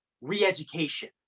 re-education